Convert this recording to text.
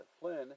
Flynn